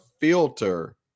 filter